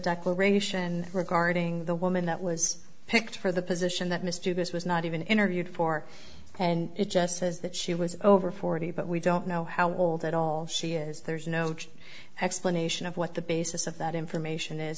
declaration regarding the woman that was picked for the position that mr this was not even interviewed for and it just says that she was over forty but we don't know how old at all she is there's no chief explanation of what the basis of that information is